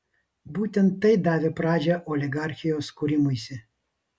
būtent tai davė pradžią oligarchijos kūrimuisi